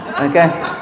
okay